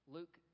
Luke